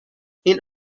این